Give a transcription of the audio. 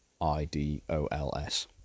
I-D-O-L-S